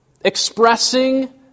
expressing